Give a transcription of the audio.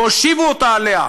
והושיבו אותה עליה.